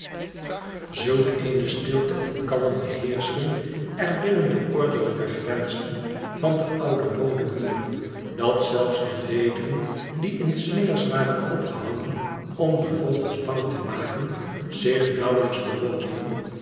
zulk eene stilte en kalmte heerschten er binnen de ordelijke grenzen van den ouden rooden muur dat zelfs de vederen die in slingers waren opgehangen om de vogels bang te maken zich nauwelijks bewogen